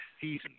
season